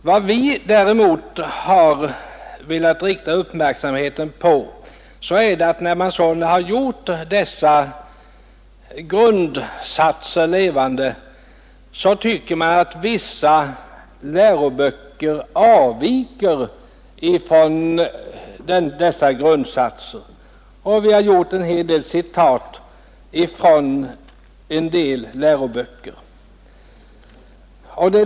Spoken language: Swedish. Vi har däremot velat rikta uppmärksamheten på att när man väl gjort dessa grundsatser levande, så tycker man att vissa läroböcker avviker ifrån dessa grundsatser. Vi har gjort en hel del citat från en del läroböcker.